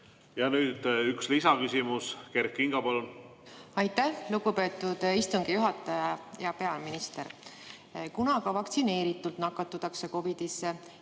Nüüd üks lisaküsimus. Kert Kingo, palun! Aitäh, lugupeetud istungi juhataja! Hea peaminister! Kuna ka vaktsineeritult nakatutakse COVID‑isse